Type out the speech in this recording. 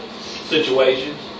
situations